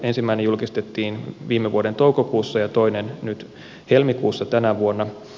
ensimmäinen julkistettiin viime vuoden toukokuussa ja toinen nyt helmikuussa tänä vuonna